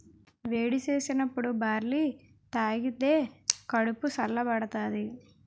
వేడి సేసినప్పుడు బార్లీ తాగిదే కడుపు సల్ల బడతాది